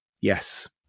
Yes